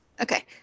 Okay